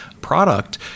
product